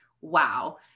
wow